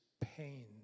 pain